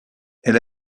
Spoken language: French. elle